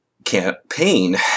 campaign